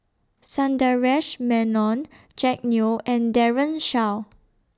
Sundaresh Menon Jack Neo and Daren Shiau